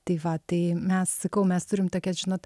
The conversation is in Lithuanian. tai va tai mes sakau mes turim tokias žinot